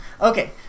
Okay